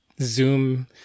Zoom